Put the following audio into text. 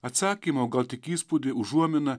atsakymą o gal tik įspūdį užuominą